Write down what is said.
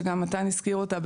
שגם מתן הזכיר אותה,